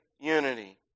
unity